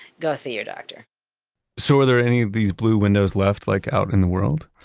go see your doctor so are there any of these blue windows left like out in the world?